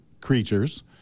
creatures